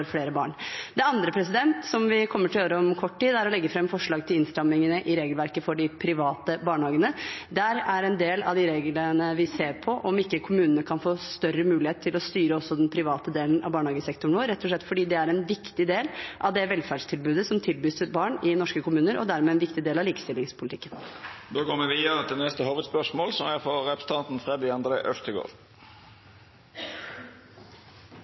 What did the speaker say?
flere barn. Det andre, som vi kommer til å gjøre om kort tid, er å legge fram forslag til innstramminger i regelverket for de private barnehagene. En del av de reglene vi ser på der, er om ikke kommunene kan få større mulighet til å styre også den private delen av barnehagesektoren vår, rett og slett fordi det er en viktig del av det velferdstilbudet som tilbys til barn i norske kommuner, og dermed en viktig del av likestillingspolitikken. Då går me vidare til neste hovudspørsmål. Spørsmålet mitt går til kunnskapsministeren. I budsjettavtalen med regjeringen sørget SV for